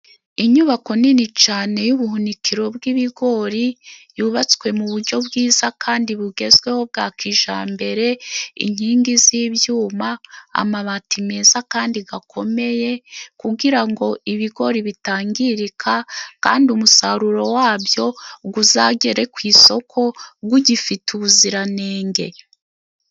Inyubako nini cyane y'ubuhunikiro bw'ibigori yubatswe mu buryo bwiza kandi bugezweho bwa kijyambere inkingi z'ibyuma ,amabati meza kandi akomeye kugirango ibigori bitangirika kandi umusaruro wa byo uzagere ku isoko ugifite ubuziranenge.